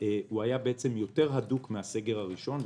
היה יותר הדוק מהסגר הראשון,